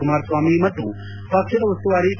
ಕುಮಾರಸ್ವಾಮಿ ಮತ್ತು ಪಕ್ಷದ ಉಸ್ತುವಾರಿ ಕೆ